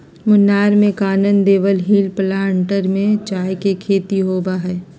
मुन्नार में Kanan Devan hills plantation में चाय के खेती होबा हई